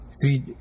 three